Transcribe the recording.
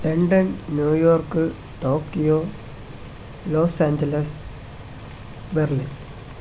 London New York Tokyo los-angeles Berlin